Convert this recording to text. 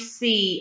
see